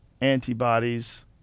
antibodies